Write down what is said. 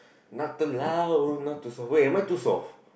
not too loud not too soft wait am I too soft